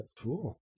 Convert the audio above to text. Cool